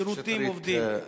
שירותים עובדים,